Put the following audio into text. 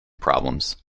problems